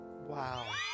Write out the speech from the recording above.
Wow